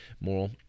moral